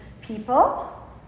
people